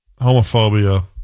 homophobia